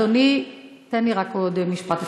אדוני, תן לי רק עוד משפט אחד.